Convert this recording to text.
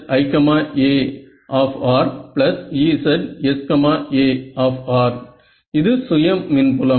EziAEzsA இது சுய மின் புலம்